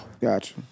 Gotcha